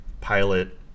pilot